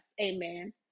Amen